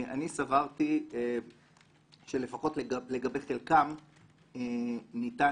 אני סברתי שלפחות לגבי חלקם ניתן